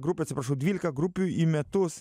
grupių atsiprašau dvylika grupių į metus